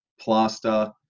plaster